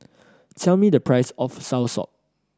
tell me the price of soursop